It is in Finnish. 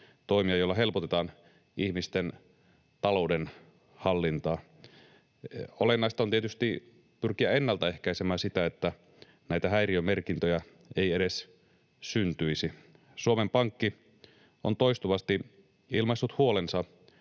toimia, joilla helpotetaan ihmisten talouden hallintaa. Olennaista on tietysti pyrkiä ennaltaehkäisemään sitä, että näitä häiriömerkintöjä edes syntyisi. Suomen Pankki on toistuvasti ilmaissut huolensa